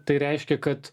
tai reiškia kad